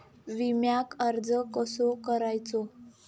विम्याक अर्ज कसो करायचो?